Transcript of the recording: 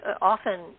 often